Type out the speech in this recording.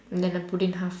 then I put in half